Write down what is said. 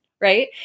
right